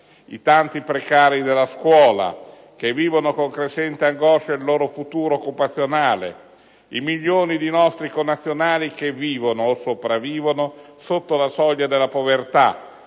i tanti precari della scuola che vivono con crescente angoscia il loro futuro occupazionale; i milioni di nostri connazionali che vivono (o sopravvivono) sotto la soglia della povertà;